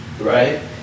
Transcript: right